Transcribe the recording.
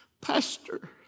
Pastor